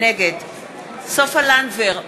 נגד סופה לנדבר,